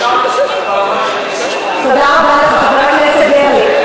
עכשיו, תודה רבה לך, חבר הכנסת דרעי.